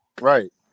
Right